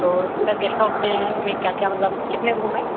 तो sir guest house में क्या क्या मतलब कितने रूम हैं